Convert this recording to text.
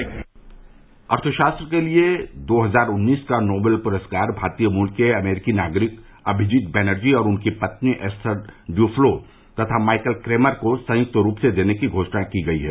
र के लिए का प्रति क अर्थशास्त्र के लिए दो हजार उन्नीस का नोबेल पुरस्कार भारतीय मूल के अमरीकी नागरिक अमिजीत बैनर्जी और उनकी पत्नी एस्थर ड्यूफ्लो तथा माइकल क्रेमर को संयुक्त रूप से देने की घोषणा की गई है